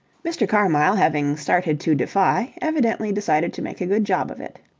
mr. carmyle having started to defy, evidently decided to make a good job of it.